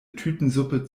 tütensuppe